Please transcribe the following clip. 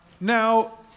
Now